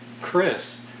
Chris